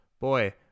Boy